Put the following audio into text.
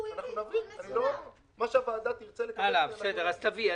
מה שהוועדה תרצה לקבל, אנחנו --- אז תביא.